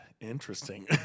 interesting